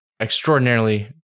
extraordinarily